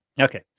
Okay